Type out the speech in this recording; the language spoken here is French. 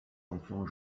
enfants